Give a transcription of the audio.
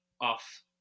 off